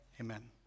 Amen